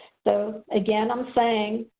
so, again, i'm saying